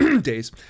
days